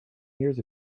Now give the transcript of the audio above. years